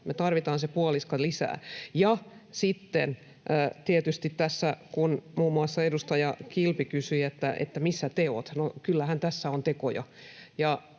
Me tarvitaan se puolisko lisää. Ja sitten tietysti, kun muun muassa edustaja Kilpi kysyi, missä teot, kyllähän tässä on tekoja.